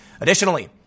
Additionally